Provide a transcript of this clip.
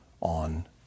on